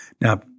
Now